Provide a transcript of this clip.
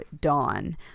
dawn